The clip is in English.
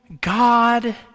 God